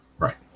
Right